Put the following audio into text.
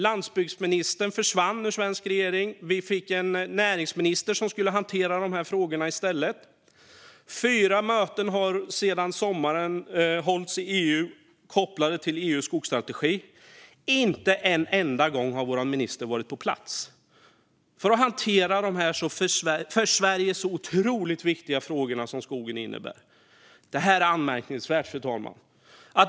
Landsbygdsministern försvann ur den svenska regeringen, och vi fick en näringsminister som skulle hantera dessa frågor i stället. Sedan sommaren har det i EU hållits fyra möten kopplade till EU:s skogsstrategi, och inte en enda gång har vår minister varit på plats för att hantera de för Sverige så otroligt viktiga frågor som skogen är. Detta är anmärkningsvärt, fru talman.